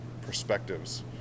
perspectives